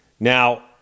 Now